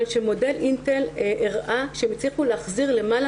מודל אינטל הראה שהם הצליחו להחזיר למעלה